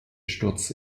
sturz